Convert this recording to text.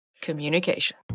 communication